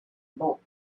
bulk